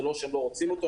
זה לא שהם לא רוצים אותו,